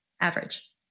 average